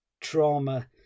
trauma